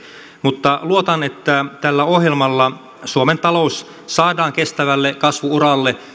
mutta luotan että tällä ohjelmalla suomen talous saadaan kestävälle kasvu uralle